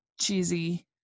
cheesy